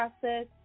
process